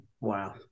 Wow